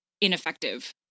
ineffective